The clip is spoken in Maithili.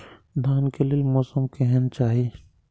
धान के लेल मौसम केहन चाहि?